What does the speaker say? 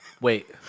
Wait